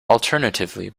alternatively